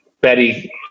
Betty